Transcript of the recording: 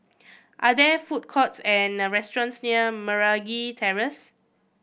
are there food courts and the restaurants near Meragi Terrace